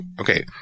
okay